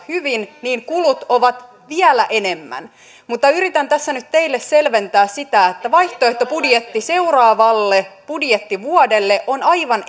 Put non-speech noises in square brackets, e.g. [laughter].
hyvin niin kulut ovat vielä enemmän mutta yritän tässä nyt teille selventää sitä että vaihtoehtobudjetti seuraavalle budjettivuodelle on aivan [unintelligible]